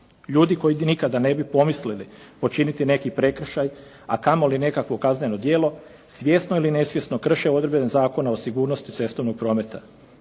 Ljudi koji nikada ne bi pomislili počiniti neki prekršaj, a kamoli nekakvo kazneno djelo, svjesno ili nesvjesno krše odredbe Zakona o sigurnosti cestovnog prometa,